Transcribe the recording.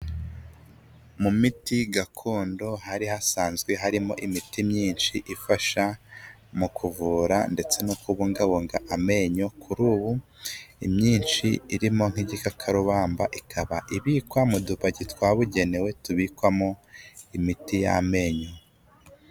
Mu miti gakondo hari hasanzwe harimo imiti myinshi ifasha mu kuvura ndetse no kubungabunga amenyo, kuri ubu imyinshi irimo nk'igikakarubamba ikaba ibikwa mu dupaki twabugenewe tubikwamo imiti y'amenyo.